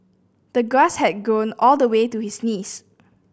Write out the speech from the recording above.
the grass had grown all the way to his knees